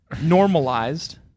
normalized